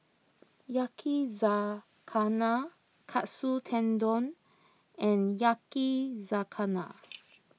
Yakizakana Katsu Tendon and Yakizakana